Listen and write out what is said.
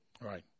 Right